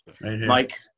Mike